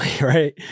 right